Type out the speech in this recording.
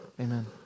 Amen